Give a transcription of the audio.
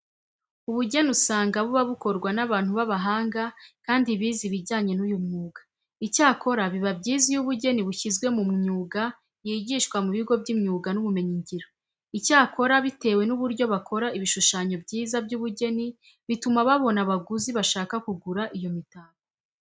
Ubugeni usanga buba bukorwa n'abantu b'abahanga kandi bize ibijyanye n'uyu mwuga. Icyakora biba byiza iyo ubugeni bushyizwe mu myuga yigishwa mu bigo by'imyuga n'ubumenyingiro. Icyakora bitewe n'uburyo bakora ibishushanyo byiza by'ubugeni bituma babona abaguzi bashaka kugura iyo mitako.